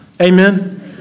Amen